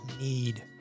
need